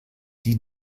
die